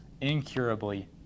incurably